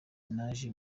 naje